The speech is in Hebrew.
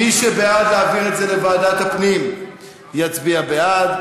מי שבעד להעביר את זה לוועדת הפנים יצביע בעד,